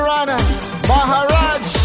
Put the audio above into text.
Maharaj